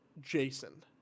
Jason